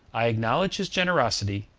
i acknowledge his generosity,